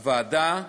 הוועדה קיימה,